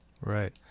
Right